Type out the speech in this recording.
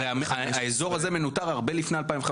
הרי האזור הזה מנותר הרבה לפני 2015,